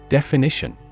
Definition